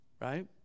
right